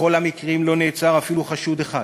בכל המקרים לא נעצר אפילו חשוד אחד.